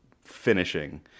finishing